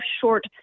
short